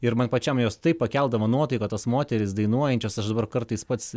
ir man pačiam jos taip pakeldavo nuotaiką tos moterys dainuojančios aš dabar kartais pats